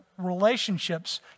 relationships